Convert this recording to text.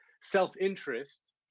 self-interest